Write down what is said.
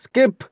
skip